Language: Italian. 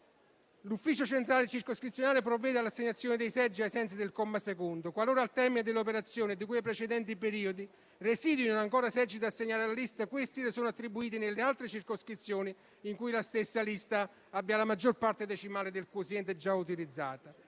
all'ufficio centrale circoscrizionale competente. Quest'ultimo provvede all'assegnazione dei seggi ai sensi del comma 2. Qualora, al termine dell'operazione di cui ai precedenti periodi, residuino ancora seggi da assegnare alla lista, questi sono attribuiti nelle altre circoscrizioni in cui la stessa lista abbia la maggior parte decimale del quoziente già utilizzata,